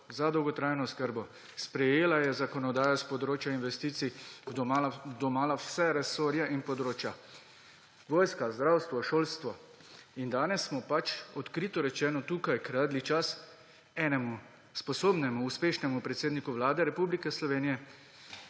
za dolgotrajno oskrbo, sprejela je zakonodajo s področja investicij v domala vse resorje in področja, vojska, zdravstvo, šolstvo. In danes smo pač, odkrito rečeno, tukaj kradli čas enemu sposobnemu, uspešnemu predsedniku Vlade Republike Slovenije,